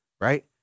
right